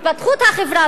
התפתחות החברה,